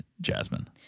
Jasmine